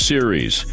Series